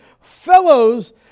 fellows